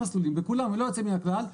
בכולם ללא יוצא מן הכלל,